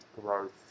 growth